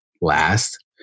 last